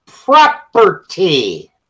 property